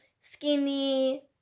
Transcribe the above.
skinny